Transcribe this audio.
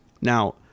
Now